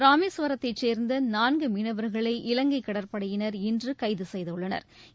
ராமேஸ்வரத்தைச் சேர்ந்த நான்கு மீனவர்களை இலங்கை கடற்படையினர் இன்று கைது செய்துள்ளனா்